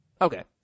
Okay